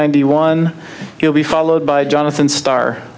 ninety one will be followed by jonathan star